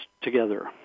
together